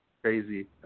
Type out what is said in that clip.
crazy